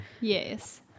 Yes